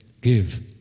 Give